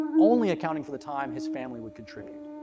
only accounting for the time his family would contribute.